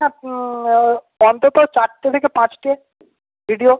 না অন্তত চারটে থেকে পাঁচটা ভিডিও